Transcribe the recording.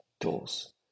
tools